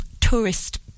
tourist